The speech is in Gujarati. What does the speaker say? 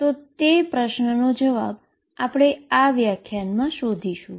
તો પ્રશ્ન નો જવાબ આપણે આ વ્યાખ્યાનમાં શોધીશુ